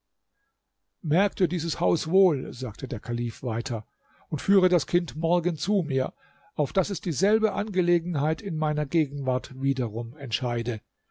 merk dir dieses haus wohl sagte der kalif weiter und führe das kind morgen zu mir auf daß es dieselbe angelegenheit in meiner gegenwart wiederum entscheide